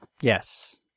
Yes